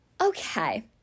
Okay